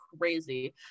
crazy